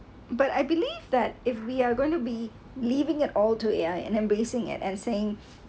but I believe that if we are going to be leaving at all to A_I and embracing at and saying